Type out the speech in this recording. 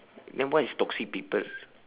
then what is toxic people